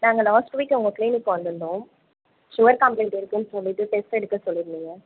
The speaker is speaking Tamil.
நாங்கள் லாஸ்ட் வீக் உங்கள் க்ளினிக் வந்திருந்தோம் சுகர் கம்ப்ளைண்ட் இருக்குதுன்னு சொல்லிட்டு டெஸ்ட் எடுக்க சொல்லிருந்திங்க